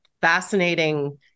fascinating